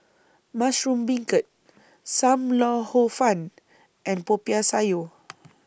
Mushroom Beancurd SAM Lau Hor Fun and Popiah Sayur